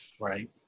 Right